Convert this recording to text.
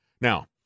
Now